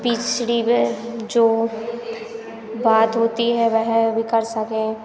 पिछड़ी वह जो बात होती है वह भी कर सकें